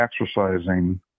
exercising